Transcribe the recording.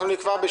נקבע בשיתוף.